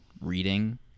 reading